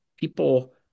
people